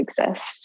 exist